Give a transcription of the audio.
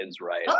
right